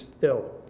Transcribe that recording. ill